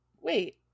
wait